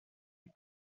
est